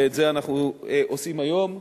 ואת זה אנחנו עושים היום.